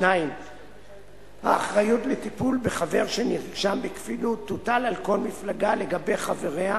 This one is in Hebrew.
2. האחריות לטיפול בחבר שנרשם בכפילות תוטל על כל מפלגה לגבי חבריה,